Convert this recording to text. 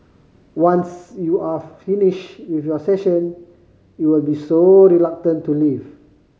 once you're finished with your session you'll be so reluctant to leave